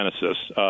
genesis